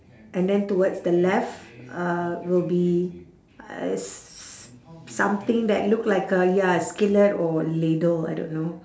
and then towards the left uh will be uh s~ something that look like a ya a skillet or ladle I don't know